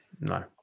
no